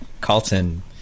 Carlton